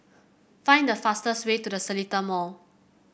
find the fastest way to The Seletar Mall